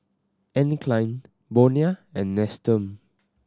Anne Klein Bonia and Nestum